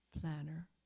planner